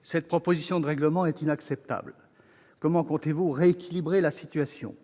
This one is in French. Cette proposition de règlement est inacceptable. Comment comptez-vous rééquilibrer la situation,